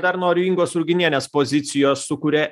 dar noriu ingos ruginienės pozicijos su kuria